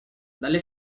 dalle